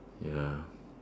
ya